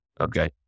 Okay